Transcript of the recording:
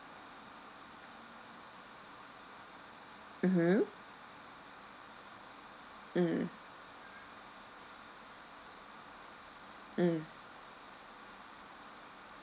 mmhmm mm mm